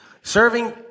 Serving